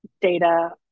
data